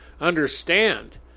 understand